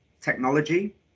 technology